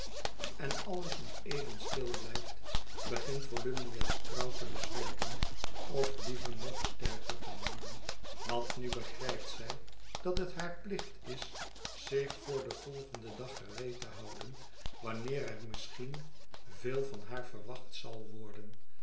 en alles nog even stil blijft begint volumnia's trouw te bezwijken of liever nog sterker te worden want nu begrijpt zij dat het haar plicht is zich voor den volgenden dag gereed te houden wanneer er misschien veel van haar verwacht zal worden